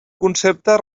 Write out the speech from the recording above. concepte